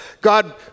God